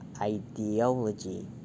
ideology